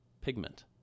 pigment